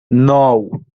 nou